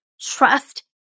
trust